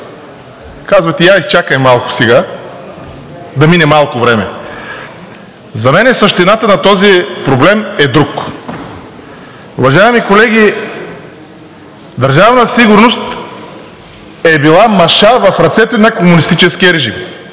казвате: я изчакайте малко сега да мине малко време. За мен същината на този проблем е друга. Уважаеми колеги, Държавна сигурност е била маша в ръцете на комунистическия режим,